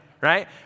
right